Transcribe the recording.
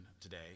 today